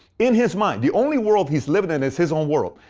in his mind, the only world he's lived in is his own world.